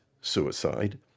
suicide